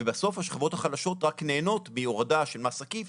ובסוף השכבות החלשות רק נהנות מהורדה של מס עקיף,